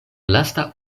lasta